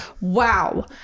Wow